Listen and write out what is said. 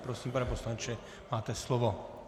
Prosím, pane poslanče, máte slovo.